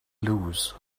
lose